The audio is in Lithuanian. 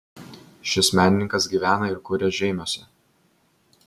šis menininkas gyvena ir kuria žeimiuose